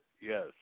Yes